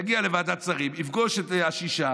זה יגיע לוועדת שרים, יפגוש את השישה.